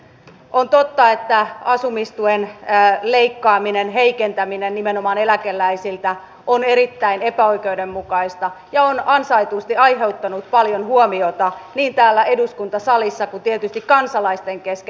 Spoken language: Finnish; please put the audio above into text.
on totta että asumistuen leikkaaminen heikentäminen nimenomaan eläkeläisiltä on erittäin epäoikeudenmukaista ja on ansaitusti aiheuttanut paljon huomiota niin täällä eduskuntasalissa kuin tietysti kansalaisten kesken